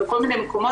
בכל מיני מקומות,